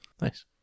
Nice